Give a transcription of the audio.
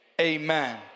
Amen